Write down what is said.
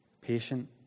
patient